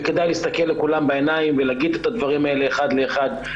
וכדאי להסתכל לכולם בעיניים ולהגיד את הדברים האלה אחד לאחד,